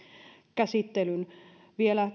käsittelyn vielä